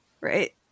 right